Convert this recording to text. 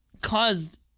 caused